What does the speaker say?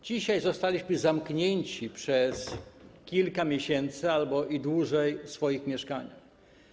Dzisiaj zostaliśmy zamknięci na kilka miesięcy albo i dłużej w swoich mieszkaniach.